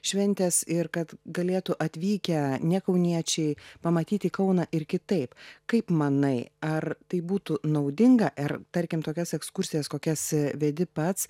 šventės ir kad galėtų atvykę ne kauniečiai pamatyti kauną ir kitaip kaip manai ar tai būtų naudinga er tarkim tokias ekskursijas kokias vedi pats